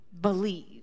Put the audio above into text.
believe